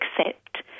accept